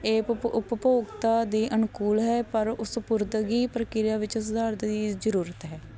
ਇਹ ਉਪਭੋ ਉਪਭੋਗਤਾ ਦੇ ਅਨੁਕੂਲ ਹੈ ਪਰ ਸਪੁਰਦਗੀ ਪ੍ਰਕਿਰਿਆ ਵਿੱਚ ਸੁਧਾਰ ਦੀ ਜ਼ਰੂਰਤ ਹੈ